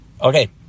Okay